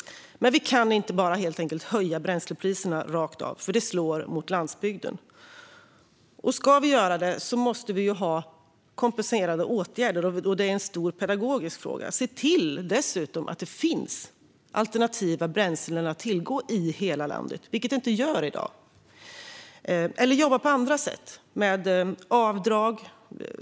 Men vi kan inte bara helt enkelt höja bränslepriserna rakt av, för det slår mot landsbygden. Om vi ska göra det måste vi också vidta kompenserande åtgärder, och det är en stor pedagogisk fråga. Se dessutom till att det finns alternativa bränslen att tillgå i hela landet, vilket det inte gör i dag! Eller jobba på andra sätt, med avdrag!